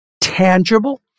tangible